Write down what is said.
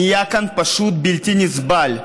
נהיה כאן פשוט בלתי נסבל.